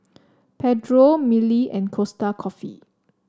Pedro Mili and Costa Coffee